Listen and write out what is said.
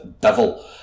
devil